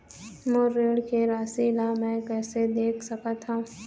मोर ऋण के राशि ला म कैसे देख सकत हव?